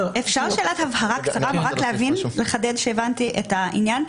אפשר לשאול שאלת הבהרה קצרה כדי לחדד שהבנתי את העניין?